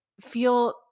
feel